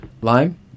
lime